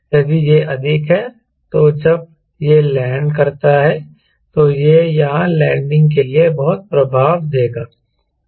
यदि यह अधिक है तो जब यह लैंड करता है तो यह यहां लैंडिंग के लिए बहुत प्रभाव देगा